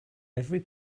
every